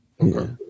Okay